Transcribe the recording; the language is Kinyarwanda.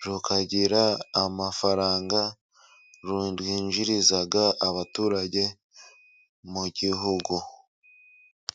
tukagira amafaranga, zinjiriza abaturage mu gihugu.